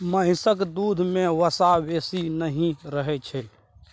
महिषक दूध में वसा बेसी नहि रहइ छै